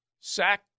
sack